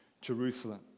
Jerusalem